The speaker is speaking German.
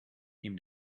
neben